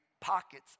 pockets